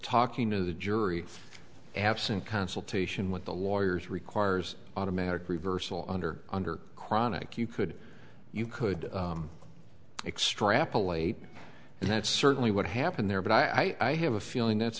talking to the jury absent consultation with the lawyers requires automatic reversal under under chronic you could you could extrapolate and that's certainly what happened there but i have a feeling